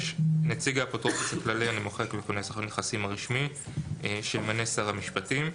נציג האפוטרופוס הכללי שימנה שר המשפטים.